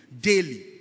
daily